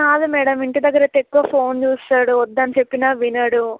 కాదు మేడమ్ ఇంటి దగ్గరైతే ఎక్కువ ఫోన్ చూస్తాడు వద్దని చెప్పినా వినడు